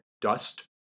dust